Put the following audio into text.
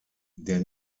der